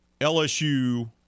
LSU